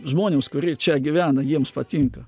žmonėms kurie čia gyvena jiems patinka